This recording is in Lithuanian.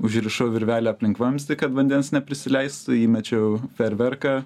užrišau virvelę aplink vamzdį kad vandens neprisileistų įmečiau fejerverką